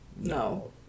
No